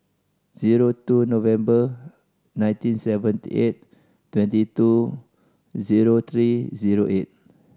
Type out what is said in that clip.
zero two November nineteen seventy eight twenty two zero three zero eight